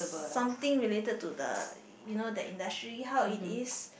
something related to the you know the industry how it is